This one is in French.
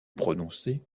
prononcée